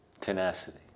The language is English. Tenacity